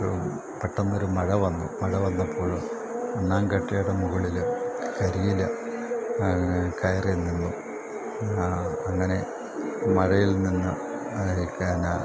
പെട്ടെന്നൊരു മഴ വന്നു മഴ വന്നപ്പോള് മണ്ണാങ്കട്ടയുടെ മുകളില് കരിയില കയറിനിന്നു അങ്ങനെ മഴയിൽ നിന്ന്